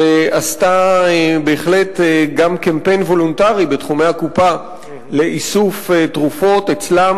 שעשתה בהחלט גם קמפיין וולונטרי בתחומי הקופה לאיסוף תרופות אצלם.